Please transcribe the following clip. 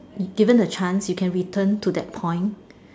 given a chance you can return to that point